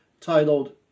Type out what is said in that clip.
titled